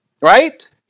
right